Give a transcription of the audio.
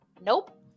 Nope